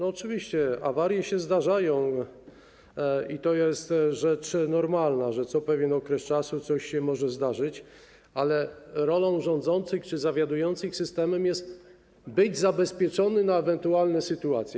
Oczywiście awarie się zdarzają i to jest rzecz normalna, że co pewien czas coś się może zdarzyć, ale rolą rządzących czy zawiadujących systemem jest być zabezpieczonym na takie ewentualne sytuacje.